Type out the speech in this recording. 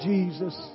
Jesus